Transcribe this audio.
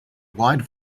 wide